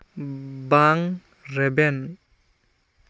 ᱵᱟᱝ ᱨᱮᱵᱮᱱ